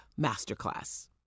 Masterclass